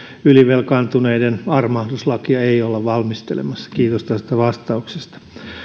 ylivelkaantuneiden armahduslakia ei olla valmistelemassa kiitos tästä vastauksesta